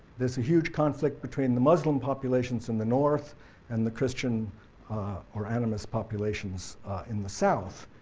there's a huge conflict between the muslim populations in the north and the christian or animist populations in the south.